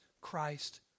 Christ